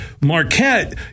Marquette